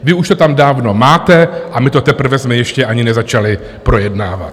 Vy už to tam dávno máte a my to teprve jsme ještě ani nezačali projednávat.